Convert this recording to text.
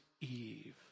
Eve